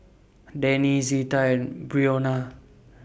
Danny Zita and Brionna